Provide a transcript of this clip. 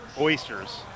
oysters